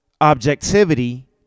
objectivity